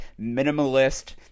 minimalist